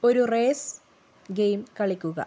ഒരു race game കളിക്കുക